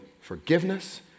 forgiveness